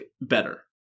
better